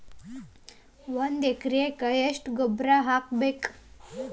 ಒಂದ್ ಎಕರೆಗೆ ಎಷ್ಟ ಗೊಬ್ಬರ ಹಾಕ್ಬೇಕ್?